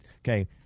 okay